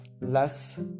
less